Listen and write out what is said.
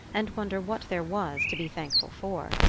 and wonder what there was to be thankful for.